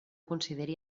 consideri